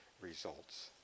results